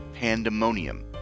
pandemonium